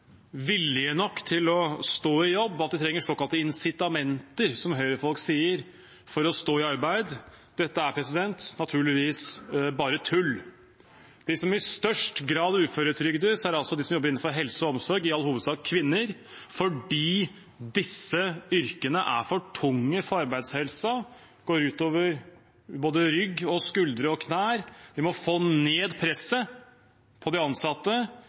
nok til å stå i jobb, at de trenger såkalte incitamenter, som Høyre-folk sier, for å stå i arbeid. Dette er naturligvis bare tull. De som i størst grad uføretrygdes, er de som jobber innenfor helse og omsorg, i all hovedsak kvinner, fordi disse yrkene er for tunge for arbeidshelsen og går ut over både rygg, skuldre og knær. Vi må få ned presset på de ansatte,